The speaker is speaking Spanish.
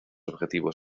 objetivos